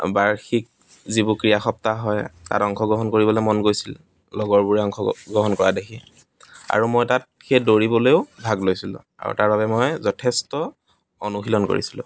বাৰ্ষিক যিবোৰ ক্ৰীড়া সপ্তাহ হয় অংশগ্ৰহণ কৰিবলৈ মন গৈছিল লগৰবোৰে অংশগ্ৰহণ কৰা দেখি আৰু মই তাত সেই দৌৰিবলৈও ভাগ লৈছিলোঁ আৰু তাৰ বাবে মই যথেষ্ট অনুশীলন কৰিছিলোঁ